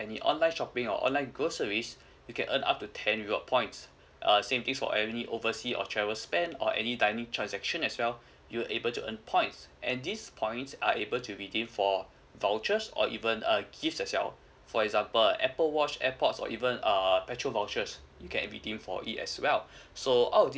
any online shopping or online grocery you can earn up to ten reward points uh same case or any oversea or travel spend or any dining transaction as well you able to earn points and these points are able to redeem for vouchers or even err gifts as well for example apple watch airpods or even err petrol vouchers you can redeem for it as well so out of this